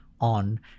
on